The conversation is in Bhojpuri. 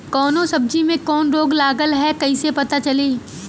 कौनो सब्ज़ी में कवन रोग लागल ह कईसे पता चली?